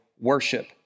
worship